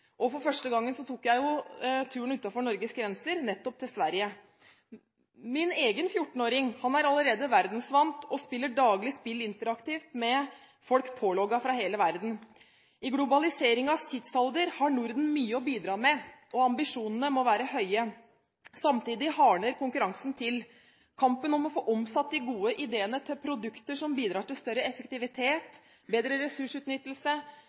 og første gang jeg tok turen utenfor Norges grenser, var det nettopp til Sverige. Min egen 14-åring er allerede verdensvant og spiller daglig spill interaktivt med folk pålogget fra hele verden. I globaliseringens tidsalder har Norden mye å bidra med, og ambisjonene må være høye. Samtidig hardner konkurransen til. Kampen for å få omsatt de gode ideene til produkter som bidrar til større effektivitet, bedre ressursutnyttelse